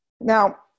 Now